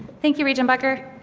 thank you, regent boettger.